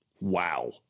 Wow